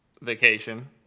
Vacation